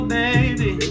baby